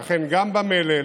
ואכן, גם במלל,